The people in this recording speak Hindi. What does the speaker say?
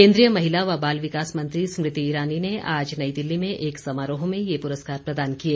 केन्द्रीय महिला व बाल विकास मंत्री स्मृति ईरानी ने आज नई दिल्ली में एक समारोह में ये पुरस्कार प्रदान किए